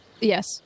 Yes